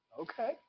Okay